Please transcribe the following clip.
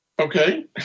Okay